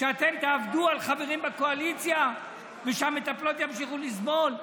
שאתם תעבדו על חברים בקואליציה ושהמטפלות ימשיכו לסבול?